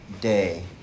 day